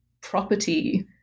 property